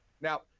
Now